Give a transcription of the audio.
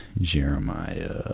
Jeremiah